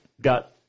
got